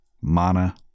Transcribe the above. mana